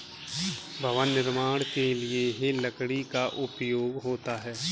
भवन निर्माण के लिए लकड़ी का उपयोग होता है